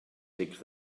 cecs